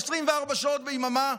24 שעות ביממה,